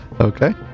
Okay